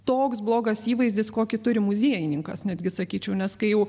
toks blogas įvaizdis kokį turi muziejininkas netgi sakyčiau nes kai jau